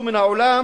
שיאבדו מן העולם,